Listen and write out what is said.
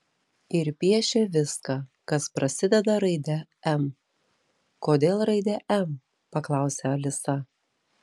ir piešė viską kas prasideda raide m kodėl raide m paklausė alisa